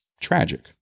tragic